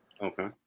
Okay